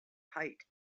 height